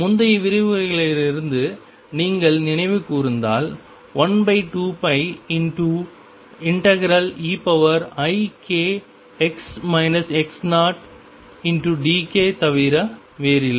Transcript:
முந்தைய விரிவுரைகளிலிருந்து நீங்கள் நினைவு கூர்ந்தால் 12π∫eikdk தவிர வேறில்லை